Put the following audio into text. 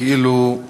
כאילו זה